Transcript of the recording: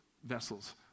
vessels